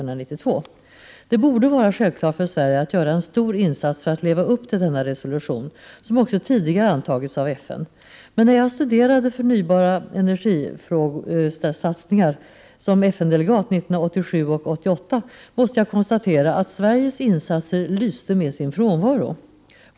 Det borde vara självklart för Sverige att göra en stor insats för att leva upp till denna resolution, som också tidigare antagits av FN. Men när jag som FN-delegat 1987 och 1988 studerade våra satsningar på förnybara energikällor måste jag konstatera att Sveriges insatser lyste med sin frånvaro.